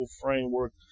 framework